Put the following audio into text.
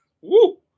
Woo